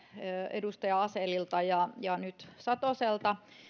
edustaja asellilta ja ja nyt satoselta